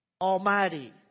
Almighty